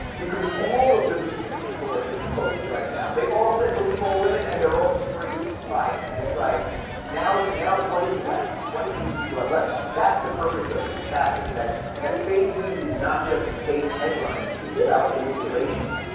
because all of the me too people are exposed right now. they all said believe all women, and they're all supporting biden. and like now now what is left? what do you people have left? that's the purpose of this chapter, that that fake news is not just fake headlines, it's about manipulation.